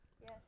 Yes